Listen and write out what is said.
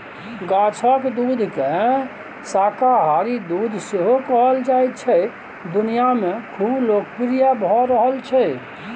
गाछक दुधकेँ शाकाहारी दुध सेहो कहल जाइ छै दुनियाँ मे खुब लोकप्रिय भ रहल छै